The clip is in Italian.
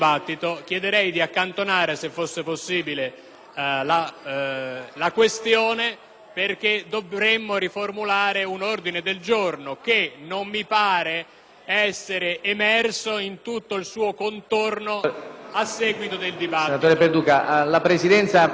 perché dovremmo formulare un ordine del giorno che non mi pare sia emerso in tutto il suo contorno a seguito del dibattito.